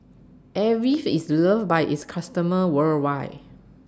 Avene IS loved By its customers worldwide